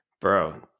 Bro